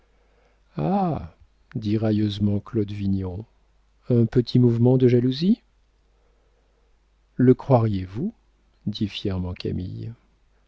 dit railleusement claude vignon un petit mouvement de jalousie le croiriez-vous dit fièrement camille